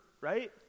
right